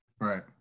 Right